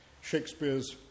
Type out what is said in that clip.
Shakespeare's